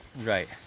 Right